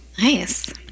Nice